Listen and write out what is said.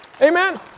Amen